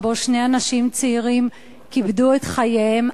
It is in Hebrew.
שבו שני אנשים צעירים קיפדו את חייהם.